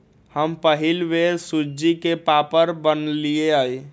हम पहिल बेर सूज्ज़ी के पापड़ बनलियइ